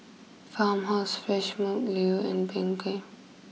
Farmhouse Fresh Milk Leo and Bengay